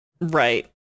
right